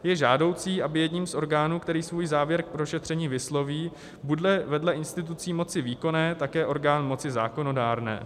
Je žádoucí, aby jedním z orgánů, který svůj závěr k prošetření vysloví, bude vedle institucí moci výkonné také orgán moci zákonodárné.